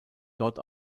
dort